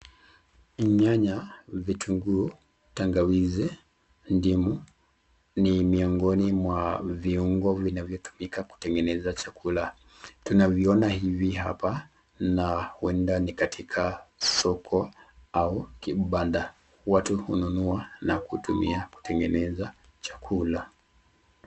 Nyanya, vitunguu, tangawizi, ndimu ni miongoni mwa viungo vinavyotumika kutengeneza chakula. Tunavyoona hivi hapa na huenda ni katika soko au kibanda. Watu hununua na kutumia kutengeneza chakula.